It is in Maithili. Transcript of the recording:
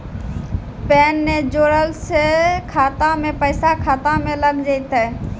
पैन ने जोड़लऽ छै खाता मे पैसा खाता मे लग जयतै?